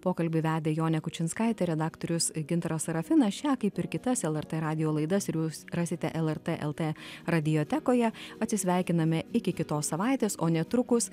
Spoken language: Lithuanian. pokalbį vedė jonė kučinskaitė redaktorius gintaras serafinas šią kaip ir kitas lrt radijo laidas ir jūs rasite lrt lt radiotekoje atsisveikiname iki kitos savaitės o netrukus